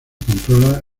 controla